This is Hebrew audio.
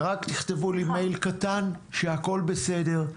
ורק תכתבו לי מייל קטן שהכול בסדר.